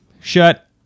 shut